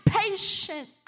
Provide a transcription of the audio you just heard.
patient